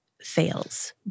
fails